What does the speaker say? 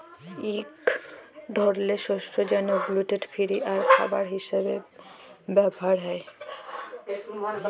ইক ধরলের শস্য যেট গ্লুটেল ফিরি আর খাবার হিসাবে ব্যাভার হ্যয়